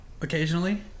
Occasionally